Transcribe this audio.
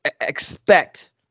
expect